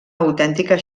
autèntica